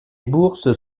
bourses